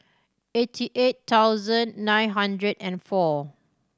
eighty eight thousand nine hundred and four